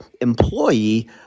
employee